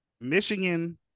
Michigan